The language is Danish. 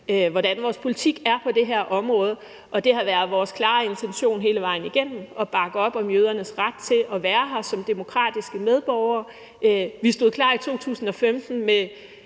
hvordan vores politik er på det her område, og det har været vores klare intention hele vejen igennem at bakke op om jødernes ret til at være her som demokratiske medborgere. Vi stod klar i 2015 med